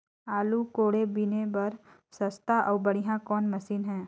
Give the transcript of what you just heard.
आलू कोड़े बीने बर सस्ता अउ बढ़िया कौन मशीन हे?